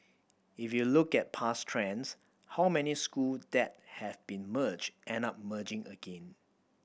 if you look at past trends how many school that have been merged end up merging again